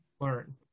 learn